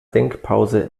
denkpause